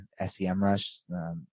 SEMrush